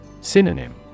Synonym